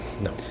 No